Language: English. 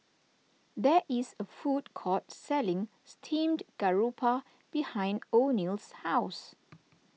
there is a food court selling Steamed Garoupa behind oneal's house